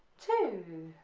two